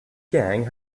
gang